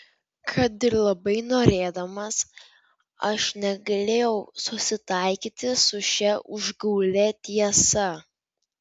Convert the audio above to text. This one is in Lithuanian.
kad ir labai norėdamas aš negalėjau susitaikyti su šia užgaulia tiesa